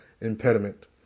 impediment